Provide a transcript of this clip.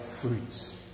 fruits